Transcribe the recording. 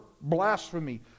blasphemy